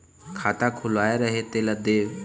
खाता खुलवाय रहे तेला देव?